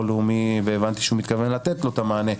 לאומי והבנתי שהוא מתכוון לתת לו את המענה,